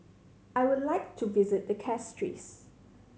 I would like to visit the Castries